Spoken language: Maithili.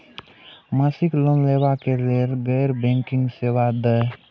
मासिक लोन लैवा कै लैल गैर बैंकिंग सेवा द?